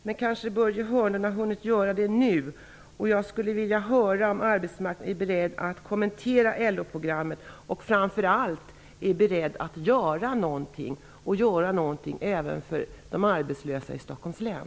Men nu har Börje Hörnlund kanske hunnit med det. Jag skulle vilja veta om arbetsmarknadsministern är beredd att kommentera LO-programmet och framför allt om han är beredd att göra något, även för de arbetslösa i Stockholms län.